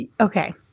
Okay